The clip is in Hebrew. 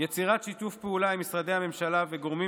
יצירת שיתוף פעולה עם משרדי הממשלה וגורמים